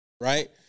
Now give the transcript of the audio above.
right